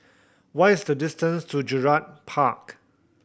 what is the distance to Gerald Park